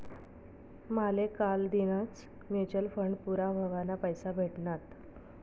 माले कालदीनच mutual fund पूरा व्हवाना पैसा भेटनात